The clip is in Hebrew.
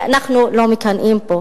ואנחנו לא מקנאים בו.